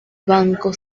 banco